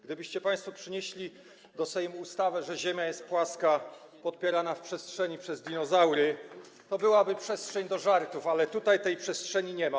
Gdybyście państwo przynieśli do Sejmu ustawę, że ziemia jest płaska, podpierana w przestrzeni przez dinozaury, to byłaby przestrzeń do żartów, ale tu tej przestrzeni nie ma.